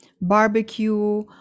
barbecue